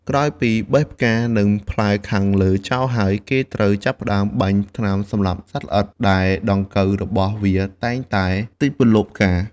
ក្រោយពីបេះផ្កានិងផ្លែខាងលើចោលហើយ គេត្រូវចាប់ផ្តើមបាញ់ថ្នាំសម្លាប់សត្វល្អិត ដែលដង្កូវរបស់វាតែងតែទិចពន្លកផ្កា។